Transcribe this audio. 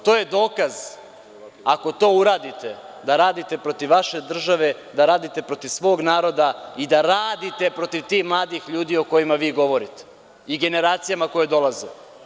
To je dokaz, ako to uradite, da radite protiv vaše države, protiv svog naroda i tih mladih ljudi o kojima govorite i generacijama koje dolaze.